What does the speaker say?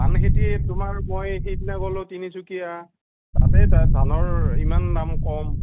ধান খেতি তোমাৰ মই সেইদিনা গ'লোঁ তিনিচুকীয়া তাতে ধা ধানৰ ইমান দাম কম